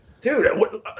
dude